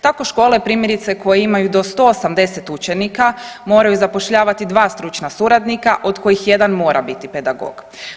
Tako škole primjerice koje imaju do 180 učenika moraju zapošljavati dva stručna suradnika od kojih jedan mora biti pedagog.